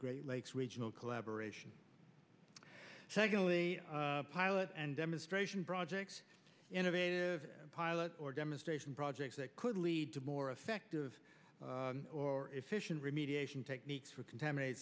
great lakes regional collaboration secondly pilot and demonstration projects innovative pilot or demonstration projects that could lead to more effective or efficient remediation techniques for contaminate